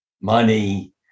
money